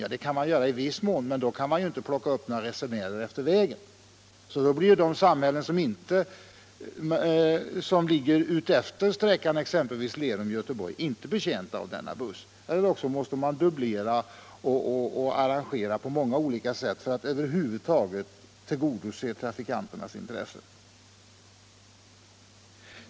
Ja, det kan man göra i viss mån, men då kan man inte plocka upp resenärer utefter vägen, så då blir de samhällen som ligger utefter exempelvis sträckan Lerum-Göteborg inte betjänta av denna busslinje. Eller också måste man dubblera och arrangera på olika sätt för att över huvud taget tillgodose trafikanternas intressen.